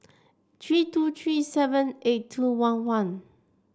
three two three seven eight two one one